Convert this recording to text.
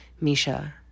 Misha